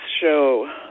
show